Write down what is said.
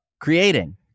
creating